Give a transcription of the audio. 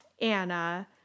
Anna